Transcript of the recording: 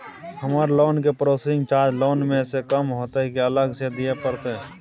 हमर लोन के processing charge loan म स कम होतै की अलग स दिए परतै?